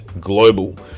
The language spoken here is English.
Global